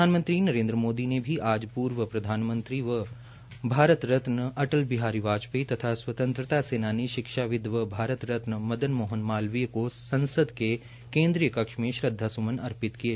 प्रधानमंत्री नरेन्द्र मोदी ने अभी आज पूर्व प्रधानमंत्री व भारत रतन अटल बिहारी वाजपेयी तथा स्वतंत्रता सेनानी शिक्षाविद्व व भरत रतन मदन मोहन मालवीय का संसद के केन्द्रीय कक्ष में श्रद्वासुमन अर्पित किये